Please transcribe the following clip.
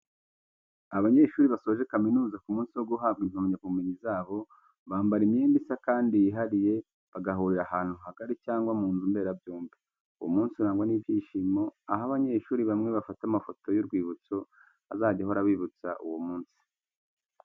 Abanyeshuri basoje kaminuza ku munsi wo guhabwa impamyabumenyi zabo, bambara imyenda isa kandi yihariye bagahurira ahantu hagari cyangwa mu nzu mberabyombi. Uwo munsi urangwa n'ibyishimo, aho abanyeshuri bamwe bafata amafoto y'urwibutso azajya ahora abibutsa uwo munsi.